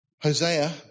Hosea